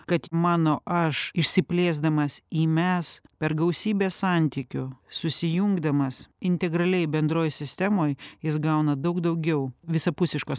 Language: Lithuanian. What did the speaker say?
kad mano aš išsiplėsdamas į mes per gausybę santykio susijungdamas integraliai bendroj sistemoj jis gauna daug daugiau visapusiškos